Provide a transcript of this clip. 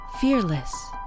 Fearless